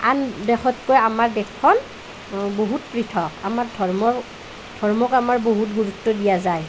আন দেশতকৈ আমাৰ দেশখন বহুত পৃথক আমাৰ ধৰ্ম ধৰ্মক আমাৰ বহুত গুৰুত্ব দিয়া যায়